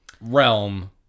realm